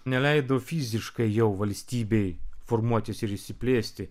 neleido fiziškai jau valstybei formuotis ir išsiplėsti